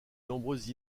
nombreuses